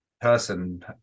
person